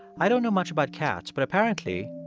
i don't know much about cats, but apparently,